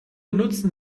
nutzen